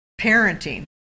parenting